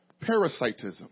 parasitism